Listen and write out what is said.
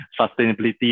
sustainability